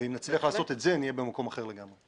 ואם נצליח לעשות את זה, נהיה במקום אחר לגמרי.